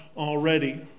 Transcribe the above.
already